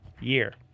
year